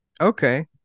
Okay